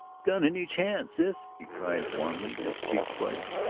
gun in each hand, sis, he cried warmly, his cheeks flushed,